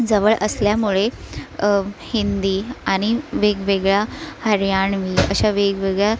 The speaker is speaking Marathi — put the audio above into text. जवळ असल्यामुळे हिंदी आणि वेगवेगळ्या हरियाणवी अशा वेगवेगळ्या